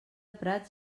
prats